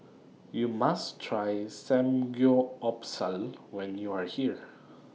YOU must Try Samgyeopsal when YOU Are here